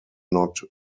not